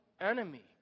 enemy